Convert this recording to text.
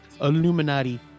Illuminati